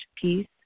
peace